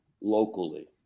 locally